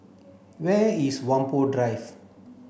where is Whampoa Drive